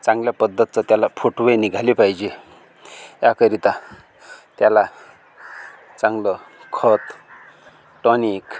चांगल्या पद्धतीचं त्याला फुटवे निघाले पाहिजे त्याकरिता त्याला चांगलं खत टॉनिक